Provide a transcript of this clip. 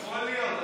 יכול להיות.